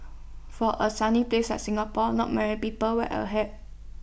for A sunny place like Singapore not many people wear A hat